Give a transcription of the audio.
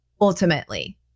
ultimately